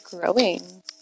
growing